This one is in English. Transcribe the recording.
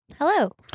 hello